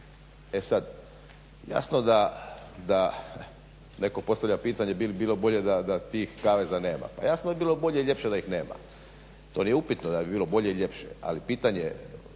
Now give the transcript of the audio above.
E sad jasno da netko postavlja pitanje bili bilo bolje da tih kaveza nema. Pa jasno da bi bilo bolje i ljepše da ih nema. To nije upitno da bi bilo bolje i ljepše, ali pitanje je,